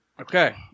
Okay